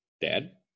dad